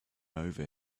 over